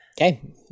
okay